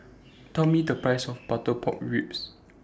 Tell Me The Price of Butter Pork Ribs